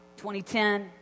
2010